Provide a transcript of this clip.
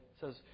says